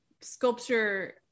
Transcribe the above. sculpture